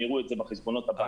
הם יראו זאת בחשבונות הבנק.